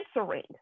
answering